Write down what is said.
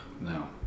no